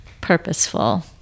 purposeful